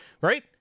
Right